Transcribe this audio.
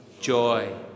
joy